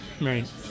Right